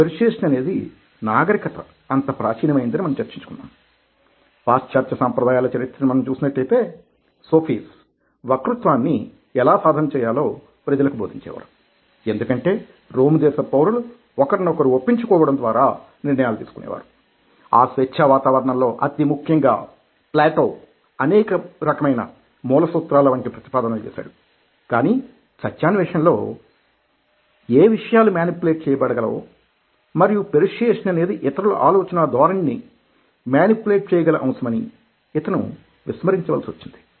పెర్సుయేసన్అనేది నాగరికత అంత ప్రాచీనమైనదని మనం చర్చించుకున్నాం పాశ్చాత్య సంప్రదాయాల చరిత్రని మనం చూసినట్లయితే సోఫీస్ వక్తృత్వాన్ని ఎలా సాధన చేయాలో ప్రజలకు బోధించేవారు ఎందుకంటే రోమ్ దేశపు పౌరులు ఒకరినొకరు ఒప్పించు కోవడం ద్వారా నిర్ణయాలు తీసుకునే వారు ఆ స్వేచ్ఛా వాతావరణంలో అతి ముఖ్యంగా ప్లాటో అనేకమైన మూల సూత్రాల వంటి ప్రతిపాదనలు చేశాడు కానీ సత్యాన్వేషణలో ఏ విషయాలు మేనిప్యులేట్ చేయబడగలవో మరియు పెర్సుయేసన్ అనేది ఇతరుల ఆలోచనాధోరణిని మేనిప్యులేట్ చేయగల అంశమనీ అతను విస్మరించవలసి వచ్చింది